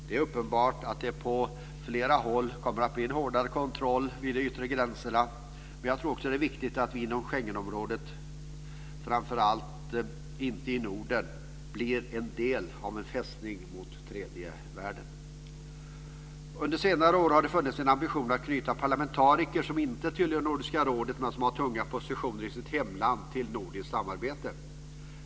Det är uppenbart att det på flera håll kommer att bli en hårdare kontroll vid de yttre gränserna. Men jag tror också att det är viktigt att vi inte inom Schengenområdet, och framför allt inte i Norden, blir en del av en fästning mot tredje världen. Under senare år har det funnits en ambition att knyta parlamentariker som inte tillhör Nordiska rådet, men som har tunga positioner i sitt hemland, till nordiskt samarbete.